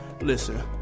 Listen